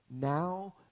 now